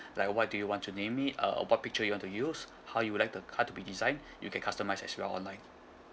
like what do you want to name it uh what picture you want to use how you like the card to be designed you can customise as well online